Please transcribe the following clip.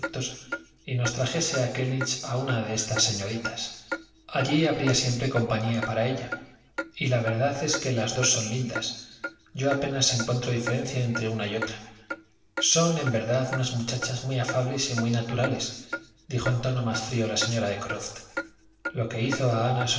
y nos trajese a kellynch a una de estas señoritas allí habría siempre compañía para ella y la verdad es que las dos son lindas yo apenas encuentro diferencia entre una y otra son en verdad unas muchachas muy afables y muy naturalesdijo en tono más frío la señora de croft lo que hizo a ana